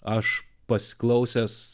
aš pasiklausęs